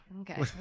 okay